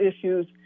issues